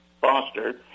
Foster